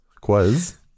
Quiz